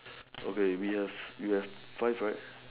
okay we have you have five right